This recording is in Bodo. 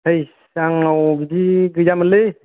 थैस आंनाव बिदि गैयामोनलै